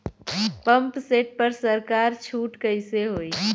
Pump set पर सरकार छूट कईसे होई?